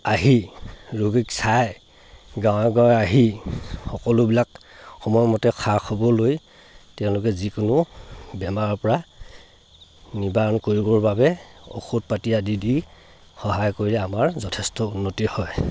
আহি ৰোগীক চাই গাঁৱে গাঁৱে আহি সকলোবিলাক সময়মতে খা খবৰ লৈ তেওঁলোকে যিকোনো বেমাৰৰ পৰা নিবাৰণ কৰিবৰ বাবে ঔষধ পাতি আদি দি সহায় কৰি আমাৰ যথেষ্ট উন্নতি হয়